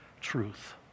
truth